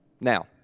Now